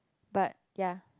but ya